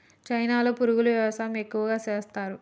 చైనాలో పురుగుల వ్యవసాయం ఎక్కువగా చేస్తరు